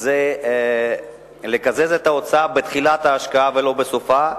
זה לקזז את ההוצאה בתחילת ההשקעה ולא בסופה.